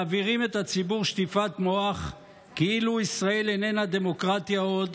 מעבירים את הציבור שטיפת מוח כאילו ישראל איננה דמוקרטיה עוד,